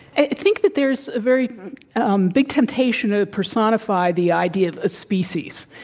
i think that there's a very um big temptation to personify the idea of a species.